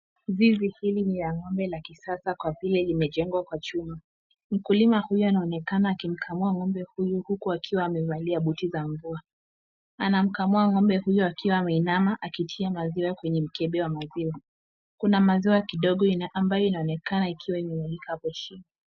Zizi hili ni la ng'ombe ya kisasa kwa vile limejengwa kwa chuma. Mkulima huyu anaonekana akimkamua ng'ombe huyu huku akiwa amevalia buti za mvua. Anamkamua ng'ombe huyo akiwa ameinama akitia maziwa kwenye mkebe ya maziwa. Kuna maziwa kidogo ambayo inaonekana ikiwa imemwagika hapo chini.